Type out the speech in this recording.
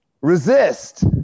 resist